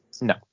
No